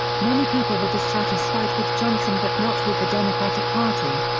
many people were dissatisfied with johnson but not with the democratic party.